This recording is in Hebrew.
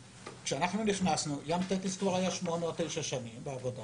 כשאנחנו נכנסנו ים טטיס היה כבר שמונה או תשע שנים בעבודה,